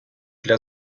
для